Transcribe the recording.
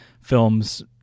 films